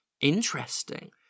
interesting